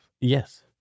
Yes